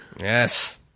Yes